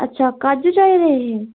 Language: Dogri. अच्छा काजू चाहिदे हे